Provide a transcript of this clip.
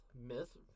Myth